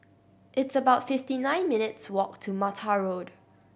it's about fifty nine minutes' walk to Mattar Road